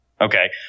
Okay